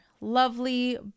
lovely